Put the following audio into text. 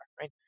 right